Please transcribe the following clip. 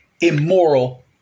immoral